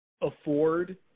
afford